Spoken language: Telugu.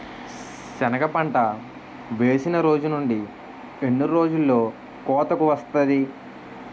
సెనగ పంట వేసిన రోజు నుండి ఎన్ని రోజుల్లో కోతకు వస్తాది?